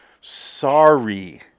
sorry